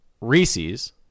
Reese's